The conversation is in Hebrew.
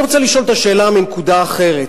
אני רוצה לשאול את השאלה מנקודה אחרת: